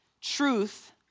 truth